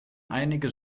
einige